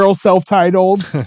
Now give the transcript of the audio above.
self-titled